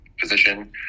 physician